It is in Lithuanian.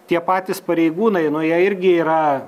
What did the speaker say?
tie patys pareigūnai nu jie irgi yra